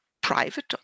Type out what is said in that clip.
private